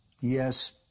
Yes